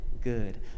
good